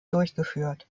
durchgeführt